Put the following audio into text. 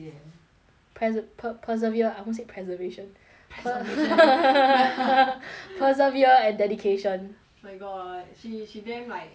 prese~ per persevere I won't say preservation perverse and dedication my god she she damn like